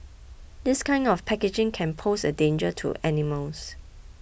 this kind of packaging can pose a danger to animals